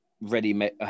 ready-made